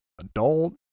adult